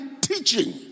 teaching